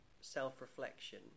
self-reflection